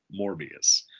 Morbius